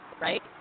Right